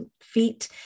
feet